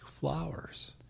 flowers